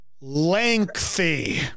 lengthy